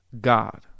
God